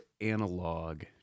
analog